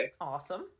awesome